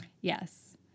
Yes